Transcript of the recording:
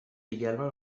également